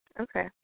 Okay